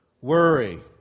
Worry